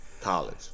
College